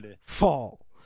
fall